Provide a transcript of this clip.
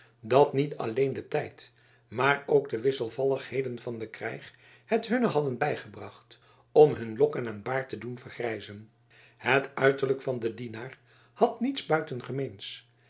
dat niet alleen de tijd maar ook de wisselvalligheden van den krijg het hunne hadden bijgebracht om hun lokken en baard te doen vergrijzen het uiterlijke van den dienaar had niets